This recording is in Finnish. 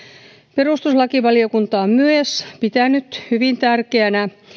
perustuslakivaliokunta on myös pitänyt hyvin tärkeänä